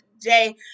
day